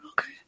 Okay